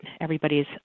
everybody's